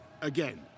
again